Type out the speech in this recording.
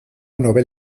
nobel